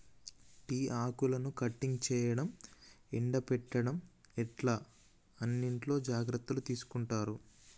tea ఆకులను cutting చేయడం, ఎండపెట్టడం ఇట్లా అన్నిట్లో జాగ్రత్తలు తీసుకుంటారు